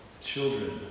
children